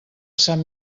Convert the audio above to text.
sant